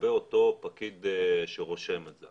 לגבי אותו פקיד שרושם את זה,